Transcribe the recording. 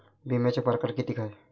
बिम्याचे परकार कितीक हाय?